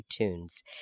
iTunes